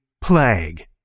Plague